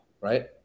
right